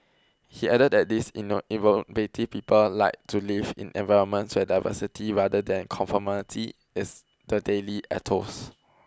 he added that these inner people like to live in environments where diversity rather than conformity is the daily ethos